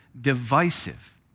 divisive